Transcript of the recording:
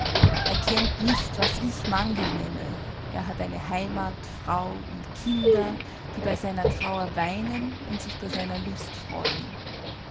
er kennt nicht was ich mangel nenne er hat eine heimat frau und kinder die bei seiner trauer weinen sich bei seiner lust freuen